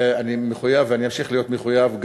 אני מחויב ואני אמשיך להיות מחויב,